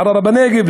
ערערה-בנגב,